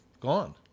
gone